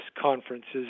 conferences